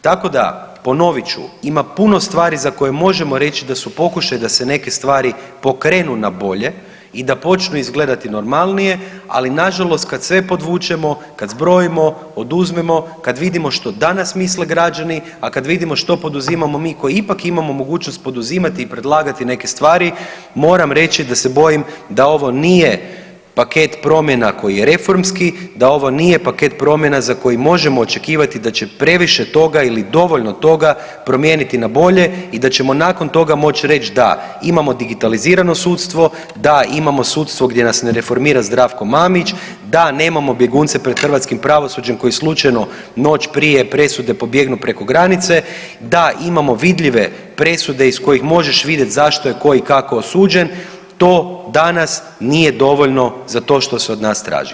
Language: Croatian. Tako da, ponovit ću, ima puno stvari za koje možemo reći da su pokušaj da se neke stvari pokrenu na bolje i da počnu izgledati normalnije, ali nažalost kad sve podvučemo, kad zbrojimo, oduzmemo, kad vidimo što danas misle građani, a kad vidimo što poduzimamo mi koji ipak imamo mogućnost poduzimati i predlagati neke stvari moram reći da se bojim da ovo nije paket promjena koji je reformski, da ovo nije paket promjena za koji možemo očekivati da će previše toga ili dovoljno toga promijeniti na bolje i da ćemo nakon toga moć reć da imamo digitalizirano sudstvo, da imamo sudstvo gdje nas ne reformira Zdravko Mamić, da nemamo bjegunce pred hrvatskim pravosuđem koji slučajno noć prije presude pobjegnu preko granice, da imamo vidljive presude iz kojih možeš vidjet zašto je, tko i kako osuđen, to danas nije dovoljno za to što se od nas traži.